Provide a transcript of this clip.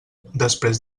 després